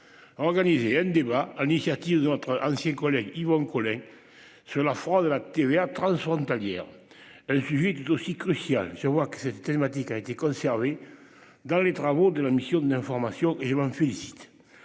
Organiser un débat à l'initiative de notre ancien collègue Yvon Crolet sur la fraude à la TVA transfrontalière. Un sujet tout aussi crucial. Je vois que cette thématique a été conservé dans les travaux de la mission d'information et je m'en félicite.